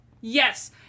Yes